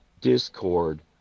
Discord